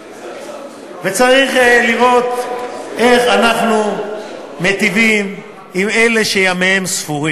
וצריך לראות איך אנחנו מיטיבים עם אלה שימיהם ספורים.